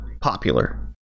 popular